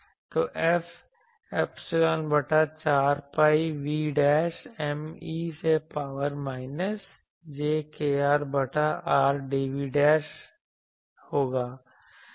तो F epsilon बटा 4 pi v' M e से पावर माइनस j kR बटा R dv' होगा